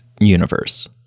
universe